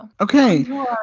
Okay